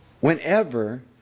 Whenever